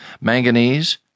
manganese